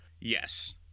Yes